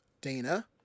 Dana